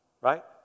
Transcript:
Right